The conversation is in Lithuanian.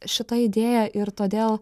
šita idėja ir todėl